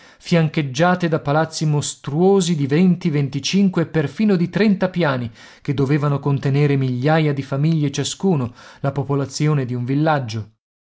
fiancheggiate da palazzi mostruosi di venti venticinque e perfino di trenta piani che dovevano contenere migliaia di famiglie ciascuno la popolazione di un villaggio